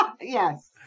yes